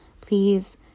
please